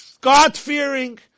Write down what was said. God-fearing